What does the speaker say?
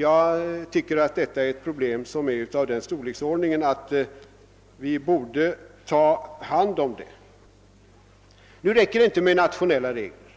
Jag tycker att detta är ett problem som är av den storleksordningen att vi borde ta upp det till behandling. Men det räcker inte med nationella regler.